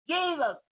Jesus